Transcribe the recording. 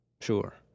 Sure